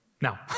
Now